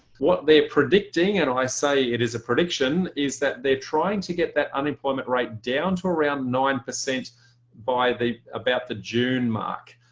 what they're predicting and i say, it is a prediction is that they're trying to get that unemployment rate down to around nine percent by the about the june mark.